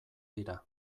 dira